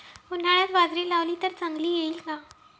उन्हाळ्यात बाजरी लावली तर चांगली येईल का?